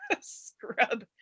scrub